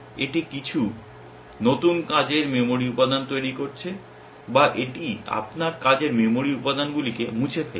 এটি কিছু নতুন কাজের মেমরি উপাদান তৈরি করছে বা এটি আপনার কাজের মেমরি উপাদানগুলিকে মুছে ফেলছে